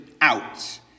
out